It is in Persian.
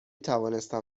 توانستم